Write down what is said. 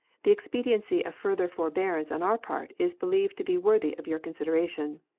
the expediency of further forbearance on our part is believed to be worthy of your consideration.